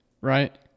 right